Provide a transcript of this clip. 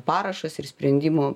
parašas ir sprendimų